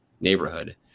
neighborhood